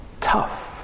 tough